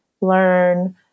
learn